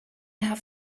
have